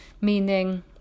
meaning